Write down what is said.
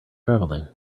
traveling